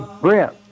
Brent